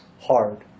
hard